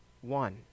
one